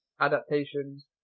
adaptations